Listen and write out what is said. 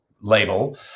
label